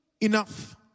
Enough